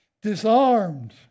disarmed